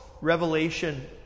Revelation